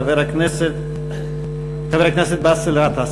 חבר הכנסת באסל גטאס.